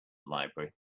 library